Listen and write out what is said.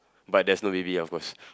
but there's no baby ah of course